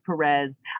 Perez